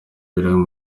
birahari